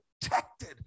protected